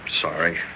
sorry